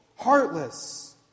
heartless